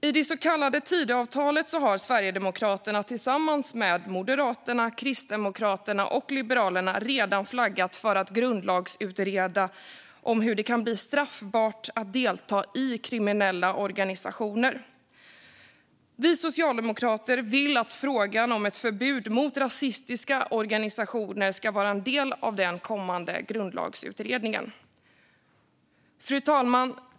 I det så kallade Tidöavtalet har Sverigedemokraterna tillsammans med Moderaterna, Kristdemokraterna och Liberalerna redan flaggat för att grundlagsutreda hur det kan bli straffbart att delta i kriminella organisationer. Vi socialdemokrater vill att frågan om ett förbud mot rasistiska organisationer ska vara en del av den kommande grundlagsutredningen. Fru talman!